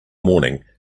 morning